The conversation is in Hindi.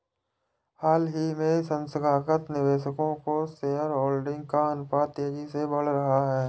हाल ही में संस्थागत निवेशकों का शेयरहोल्डिंग का अनुपात तेज़ी से बढ़ रहा है